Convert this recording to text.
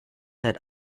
that